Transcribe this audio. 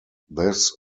this